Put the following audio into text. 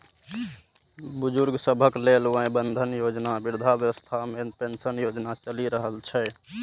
बुजुर्ग सभक लेल वय बंधन योजना, वृद्धावस्था पेंशन योजना चलि रहल छै